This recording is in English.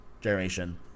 generation